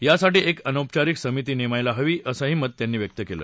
यासाठी एक अनौपचारिक समिती नेमायला हवी असं मत त्यांनी व्यक्त केलं